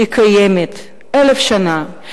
קיימת 1,000 שנה,